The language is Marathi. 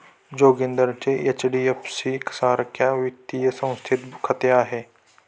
जोगिंदरचे एच.डी.एफ.सी सारख्या वित्तीय संस्थेत खाते आहे